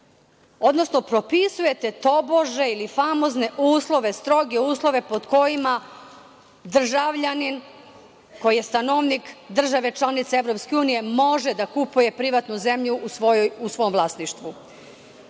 odnosno propisujete tobože ili famozne uslove, stroge uslove pod kojima državljanin, koji je stanovnik države članice EU može da kupuje privatnu zemlju u svom vlasništvu.